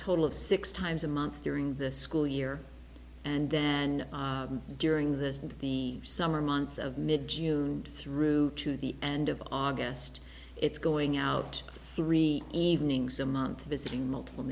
total of six times a month during the school year and then during the the summer months of mid june through to the end of august it's going out evenings a month visiting multiple